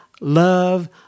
love